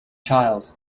child